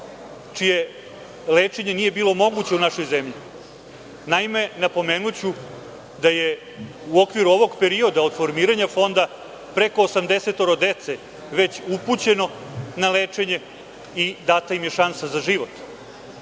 čije lečenje nije bilo moguće u našoj zemlji. Naime, napomenuću da je u okviru ovog perioda, od formiranja fonda, preko 80 dece već upućeno na lečenje i data im je šansa za život.